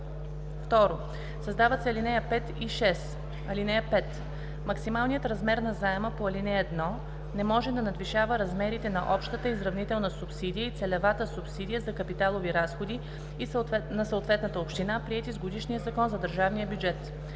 2. Създават се ал. 5 и 6: „(5) Максималният размер на заема по ал. 1 не може да надвишава размерите на общата изравнителна субсидия и целевата субсидия за капиталови разходи на съответната община, приети с годишния закон за държавния бюджет.